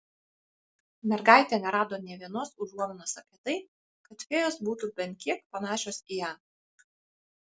mergaitė nerado nė vienos užuominos apie tai kad fėjos būtų bent kiek panašios į ją